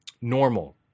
normal